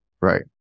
Right